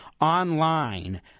online